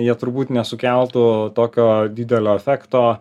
jie turbūt nesukeltų tokio didelio efekto